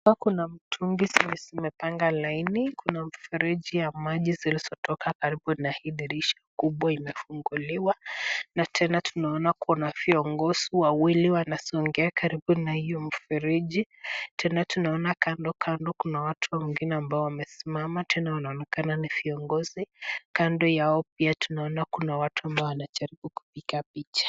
Hapa kuna mtungi ambazo zimepanga laini. Kuna mfereji ya maji zilizotoka karibu na hii drisha kubwa imefunguliwa na tena tunaona viongozi wawili wanasongea karibu na hiyo mfereji. Tena tunaona kando kando kuna watu wengine ambao wamesimama tena wanaonekana ni viongozi, kando yao pia tunaona kuna watu ambao wanajaribu kupiga picha.